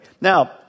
Now